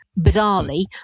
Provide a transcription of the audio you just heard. bizarrely